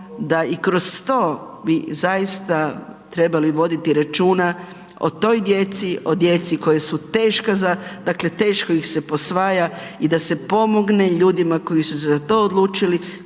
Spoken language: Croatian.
da i kroz to bi zaista trebali voditi računa o toj djeci, o djeci kojoj su teška, dakle teško ih posvaja i da se pomogne ljudima koji su se za to odlučili,